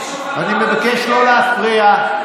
אני מבקש לא להפריע.